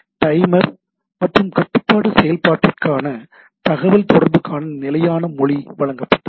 timer மற்றும் கட்டுப்பாட்டு செயல்பாட்டிற்கான தகவல்தொடர்புக்கான நிலையான மொழி வழங்கப்பட்டது